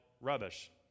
rubbish